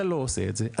אתה לא עושה את זה,